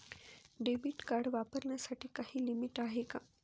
Debit card वापरण्यासाठी काही limit आहे का?